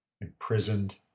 imprisoned